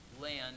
land